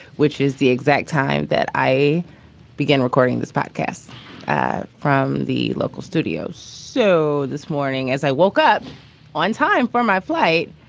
which is the exact time that i began recording this podcast from the local studio. so this morning as i woke up on time for my flight,